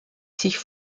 sich